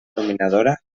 dominadora